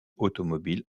automobile